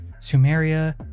sumeria